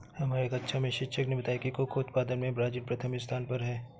हमारे कक्षा में शिक्षक ने बताया कि कोको उत्पादन में ब्राजील प्रथम स्थान पर है